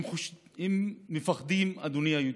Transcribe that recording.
הם מפחדים, אדוני היושב-ראש,